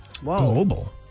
Global